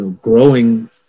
growing